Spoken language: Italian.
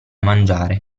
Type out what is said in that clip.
mangiare